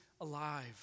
alive